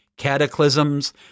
cataclysms